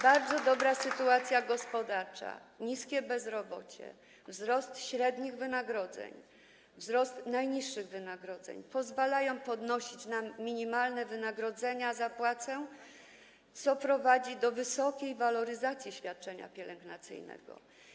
Bardzo dobra sytuacja gospodarcza, niskie bezrobocie, wzrost średnich wynagrodzeń oraz wzrost najniższych wynagrodzeń pozwalają nam podnosić minimalne wynagrodzenia za pracę, co prowadzi do wysokiej waloryzacji świadczenia pielęgnacyjnego.